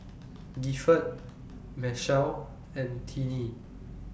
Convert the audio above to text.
Gifford Machelle and Tinnie